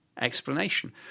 explanation